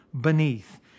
beneath